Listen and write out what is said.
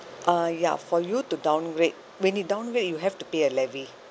uh ya for you to downgrade when you downgrade you have to pay a levy